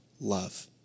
love